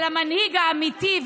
על המנהיג האמיתי,